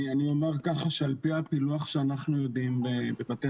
אני אומר כך שעל פי הפילוח שאנחנו יודעים בבתי